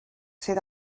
sydd